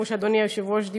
כמו שאדוני היושב-ראש אמר: